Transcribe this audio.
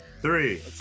Three